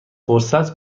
فرصت